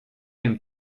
dem